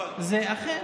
זה אכן.